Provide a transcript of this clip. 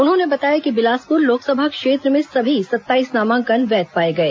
उन्होंने बताया कि बिलासपुर लोकसभा क्षेत्र में सभी सत्ताईस नामांकन वैध पाए गए